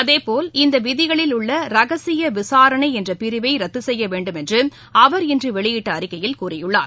அதேபோல் இந்த விதிகளில் உள்ள ரகசிய விசாரணை என்ற பிரிவை ரத்து செய்ய வேண்டும் என்று அவர் இன்று வெளியிட்ட அறிக்கையில் கூறியுள்ளார்